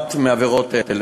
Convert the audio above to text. הנובעת מעבירות אלה.